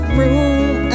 room